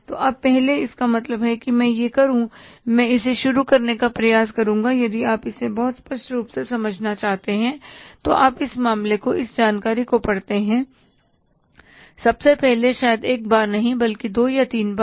तो अब पहले इसका मतलब कि मैं यह करूं मैं इसे शुरू करने का प्रयास करुंगा यदि आप इसे बहुत स्पष्ट रूप से समझना चाहते हैं तो आप इस मामले को इस जानकारी को पढ़ते हैं सबसे पहले शायद एक बार नहीं बल्कि दो या तीन बार